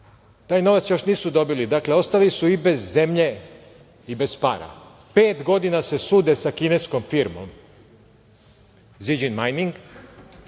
taj novac još nisu dobili. Dakle, ostali su i bez zemlje i bez para. Pet godina se sude sa kineskom firmom „Zijin Mining“.